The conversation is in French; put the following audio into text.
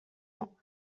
ans